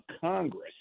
Congress